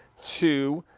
two,